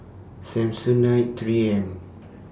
Samsonite three M